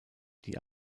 die